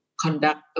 conduct